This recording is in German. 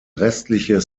restliche